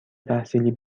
تحصیلی